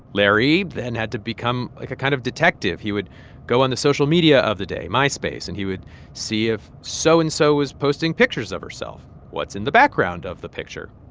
larry then had to become, like, a kind of detective. he would go on the social media of the day myspace and he would see if so-and-so so and so was posting pictures of herself. what's in the background of the picture?